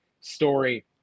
story